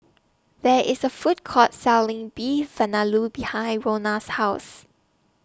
There IS A Food Court Selling Beef Vindaloo behind Rhona's House